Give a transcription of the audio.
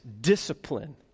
discipline